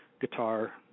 guitar